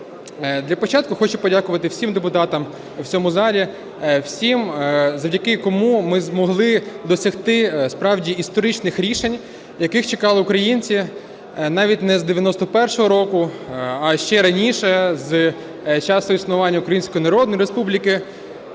Для початку хочу подякувати всім депутатам в цьому залі, всім, завдяки кому ми змогли досягти справді історичних рішень, яких чекали українці, навіть не з 91-го року, а ще раніше, з часу існування Української Народної Республіки,